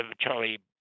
Charlie